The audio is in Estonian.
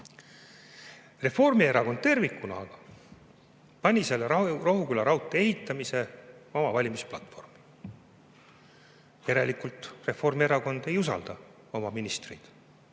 Reformierakond tervikuna aga pani selle Rohuküla raudtee ehitamise oma valimisplatvormi. Järelikult Reformierakond ei usalda oma ministreid